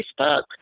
Facebook